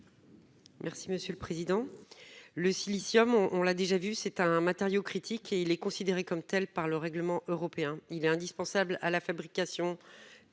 Merci monsieur le président, le Silicium, on l'a déjà vu c'est un matériau critique et il est considéré comme telle par le règlement européen. Il est indispensable à la fabrication